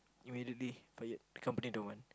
immediately fired company don't want